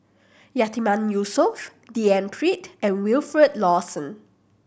Yatiman Yusof D N Pritt and Wilfed Lawson